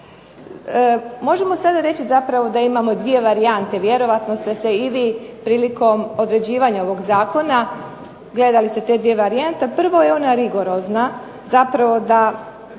Možemo sada reći zapravo da imamo dvije varijante, vjerojatno ste se i vi prilikom određivanja ovog Zakona gledali ste dvije varijante, prvo je ona rigorozna, rigorozno